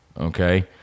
okay